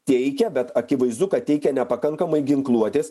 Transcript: teikia bet akivaizdu kad teikia nepakankamai ginkluotės